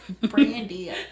Brandy